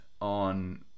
on